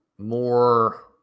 more